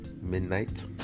midnight